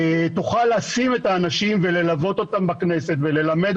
תוכל לשים את האנשים וללוות אותם בכנסת וללמד